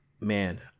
man